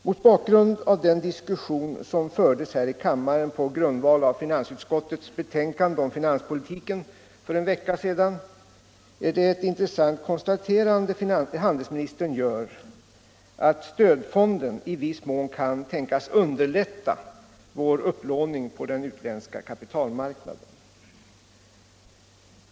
Mot bakgrund av den diskussion som fördes här i kammaren på grundval av finansutskottets betänkande om finanspolitiken för en vecka sedan är det ett intressant konstaterande handelsministern gör, att stödfonden i viss mån kan tänkas underlätta vår upplåning på den utländska kapitalmarknaden.